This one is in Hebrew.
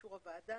באישור הוועדה,